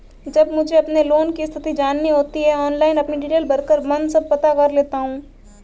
जब मुझे अपने लोन की स्थिति जाननी होती है ऑनलाइन अपनी डिटेल भरकर मन सब पता कर लेता हूँ